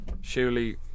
surely